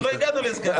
עוד לא הגענו לסגנים.